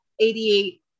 88